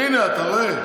הינה, אתה רואה.